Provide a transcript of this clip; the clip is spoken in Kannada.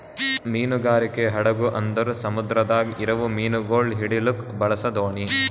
ಮೀನುಗಾರಿಕೆ ಹಡಗು ಅಂದುರ್ ಸಮುದ್ರದಾಗ್ ಇರವು ಮೀನುಗೊಳ್ ಹಿಡಿಲುಕ್ ಬಳಸ ದೋಣಿ